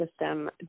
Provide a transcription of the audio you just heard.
system